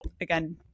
again